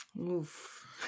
Oof